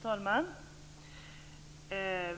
Fru talman!